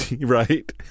Right